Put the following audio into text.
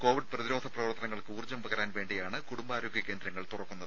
Covid പ്രതിരോധ പ്രവർത്തനങ്ങൾക്ക് ഊർജ്ജം പകരാൻ വേണ്ടിയാണ് കുടുംബാരോഗ്യ കേന്ദ്രങ്ങൾ തുറക്കുന്നത്